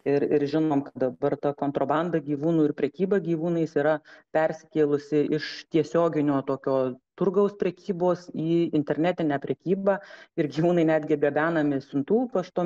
ir ir žinom dabar ta kontrabanda gyvūnų ir prekyba gyvūnais yra persikėlusi iš tiesioginio tokio turgaus prekybos į internetinę prekybą ir gyvūnai netgi gabenami siuntų paštu